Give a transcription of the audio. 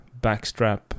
backstrap